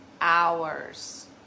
hours